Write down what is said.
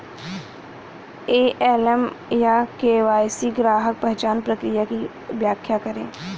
AML या KYC में ग्राहक पहचान प्रक्रिया की व्याख्या करें?